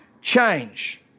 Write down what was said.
change